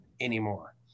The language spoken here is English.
anymore